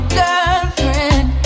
girlfriend